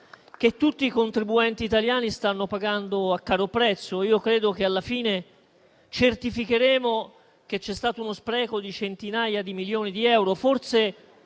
che tutti i contribuenti italiani stanno pagando a caro prezzo. Credo che alla fine certificheremo che c'è stato uno spreco di centinaia di milioni di euro.